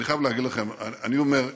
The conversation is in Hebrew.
אני חייב להגיד לכם, אני אומר ביושר: